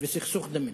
וסכסוך דמים.